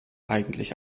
eigentlich